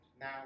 now